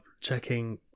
checking